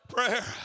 Prayer